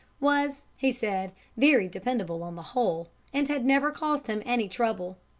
was, he said, very dependable on the whole, and had never caused him any trouble.